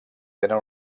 tenen